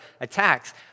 attacks